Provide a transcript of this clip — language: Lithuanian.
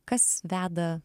kas veda